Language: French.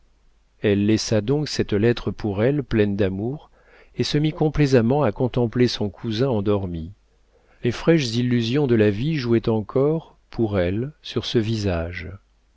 elle laissa donc cette lettre pour elle pleine d'amour et se mit complaisamment à contempler son cousin endormi les fraîches illusions de la vie jouaient encore pour elle sur ce visage